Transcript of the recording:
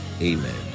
amen